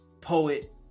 Poet